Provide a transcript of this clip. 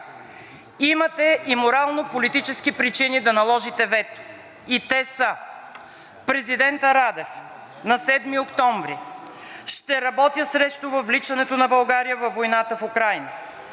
Имате и морално-политически причини да наложите вето и те са: Президентът Радев на 7 октомври: „Ще работя срещу въвличането на България във войната в Украйна.“